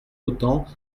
autant